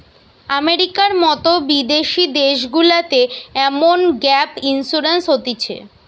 আমেরিকার মতো বিদেশি দেশগুলাতে এমন গ্যাপ ইন্সুরেন্স হতিছে